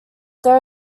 there